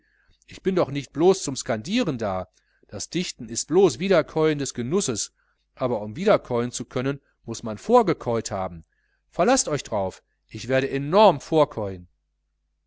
ich bin doch nicht blos zum skandieren da das dichten ist blos wiederkäuen des genusses aber um wiederkäuen zu können muß man vorgekäut haben verlaßt euch drauf ich werde enorm vorkäuen